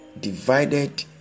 divided